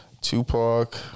Tupac